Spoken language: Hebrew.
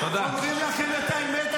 אומרים לכם את האמת,